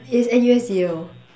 mm is N_U_S Yale